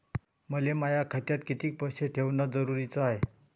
मले माया खात्यात कितीक पैसे ठेवण जरुरीच हाय?